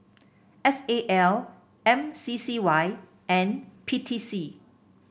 S A L M C C Y and P T C